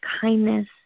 kindness